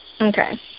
Okay